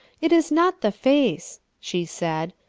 it is not the face, she said.